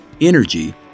energy